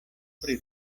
pri